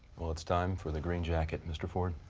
well, it's time for the green jacket. mr ford.